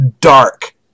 dark